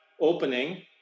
opening